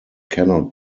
cannot